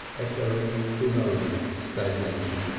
echoing his own stagnation.